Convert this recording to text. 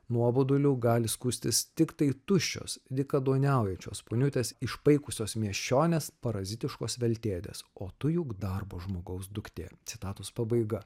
nuoboduliu gali skųstis tiktai tuščios dykaduoniaujančios poniutės išpaikusios miesčionės parazitiškos veltėdės o tu juk darbo žmogaus duktė citatos pabaiga